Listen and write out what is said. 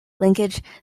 linkage